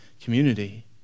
community